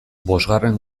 bosgarren